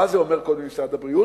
מה זה אומר קוד ממשרד הבריאות?